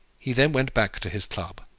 he then went back to his club,